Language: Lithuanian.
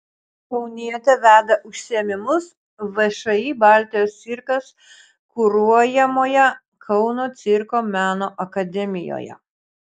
kaunietė veda užsiėmimus všį baltijos cirkas kuruojamoje kauno cirko meno akademijoje